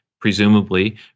presumably